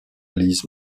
lise